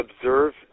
observe